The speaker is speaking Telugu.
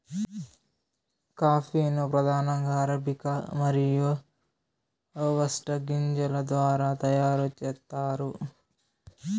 కాఫీ ను ప్రధానంగా అరబికా మరియు రోబస్టా గింజల ద్వారా తయారు చేత్తారు